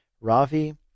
Ravi